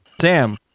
Sam